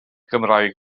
gymraeg